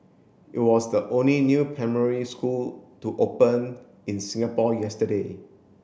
it was the only new primary school to open in Singapore yesterday